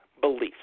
beliefs